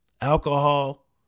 alcohol